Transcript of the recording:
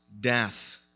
death